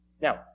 Now